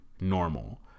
normal